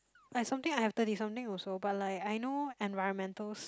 I something I have thirty something also but like I know environmental's